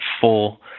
full